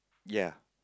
yea